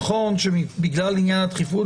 נכון שבגלל עניין הדחיפות,